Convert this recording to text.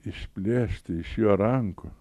išplėšti iš jo rankų